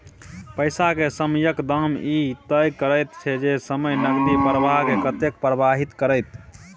पैसा के समयक दाम ई तय करैत छै जे समय नकदी प्रवाह के कतेक प्रभावित करते